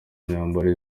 myambaro